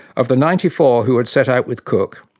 of the ninety four who had set out with cook,